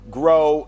grow